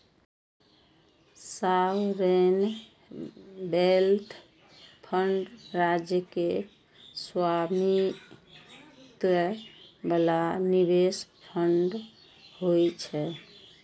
sovereign wealth fund राज्य के स्वामित्व बला निवेश फंड होइ छै